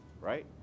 Right